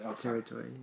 territory